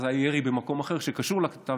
אבל אז היה ירי במקום אחר שקשור לקטטה,